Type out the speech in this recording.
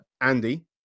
Andy